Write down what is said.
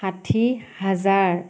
ষাঠি হাজাৰ